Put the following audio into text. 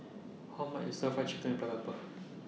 How much IS Stir Fried Chicken with Black Pepper